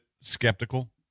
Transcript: skeptical